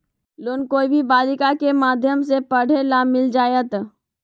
Loan कोई भी बालिका के माध्यम से पढे ला मिल जायत?